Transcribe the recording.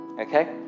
Okay